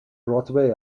broadway